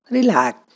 Relax